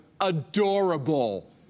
Adorable